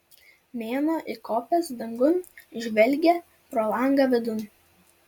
mėnuo įkopęs dangun žvelgia pro langą vidun